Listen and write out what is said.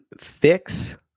fix